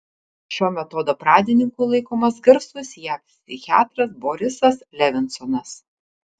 šio metodo pradininku laikomas garsus jav psichiatras borisas levinsonas